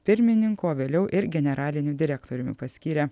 pirmininko vėliau ir generaliniu direktoriumi paskyrė